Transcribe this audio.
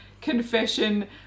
confession